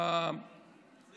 2